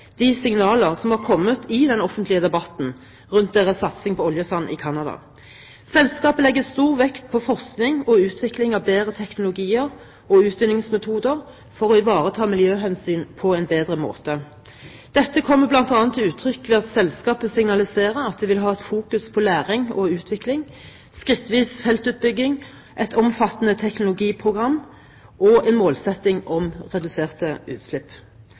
de signaler som har kommet i den offentlige debatten rundt deres satsing på oljesand i Canada. Selskapet legger stor vekt på forskning og utvikling av bedre teknologier og utvinningsmetoder for å ivareta miljøhensyn på en bedre måte. Dette kommer bl.a. til uttrykk ved at selskapet signaliserer at de vil fokusere på læring og utvikling, skrittvis feltutbygging, et omfattende teknologiprogram og en målsetting om reduserte utslipp.